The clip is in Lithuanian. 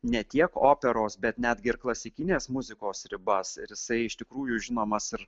ne tiek operos bet netgi ir klasikinės muzikos ribas ir jisai iš tikrųjų žinomas ir